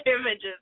Images